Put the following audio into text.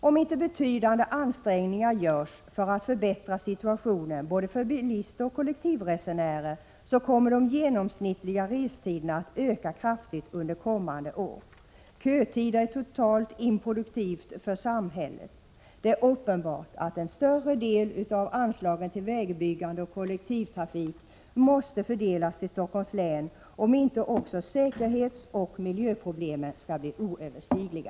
Om inte betydande ansträngningar görs för att förbättra situationen för både bilister och resenärer som åker kollektivt, kommer de genomsnittliga restiderna att öka kraftigt under kommande år. Kötider är totalt improduktiva för samhället. Det är uppenbart att en större andel av anslagen till vägbyggen och kollektivtrafik måste fördelas till Stockholms län om inte också säkerhetsoch miljöproblemen skall bli oöverstigliga.